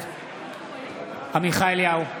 בעד עמיחי אליהו,